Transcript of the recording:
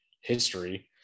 history